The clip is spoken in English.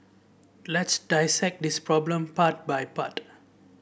let's dissect this problem part by part